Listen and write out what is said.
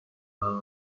برنامه